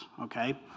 okay